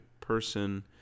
person